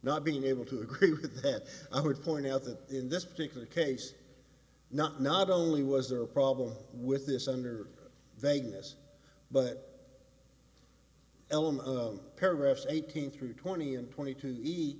not being able to agree with that i would point out that in this particular case not not only was there a problem with this under vagueness but elma of paragraphs eighteen through twenty and twenty two eat